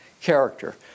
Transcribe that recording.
character